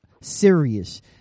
serious